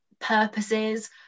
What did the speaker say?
purposes